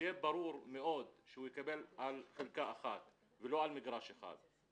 שיהיה ברור מאוד שהוא יקבל על חלקה אחת ולא על מגרש אחד.